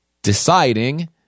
deciding